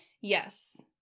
yes